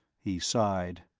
he sighed.